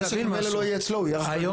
רגע,